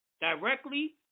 directly